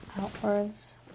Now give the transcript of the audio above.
outwards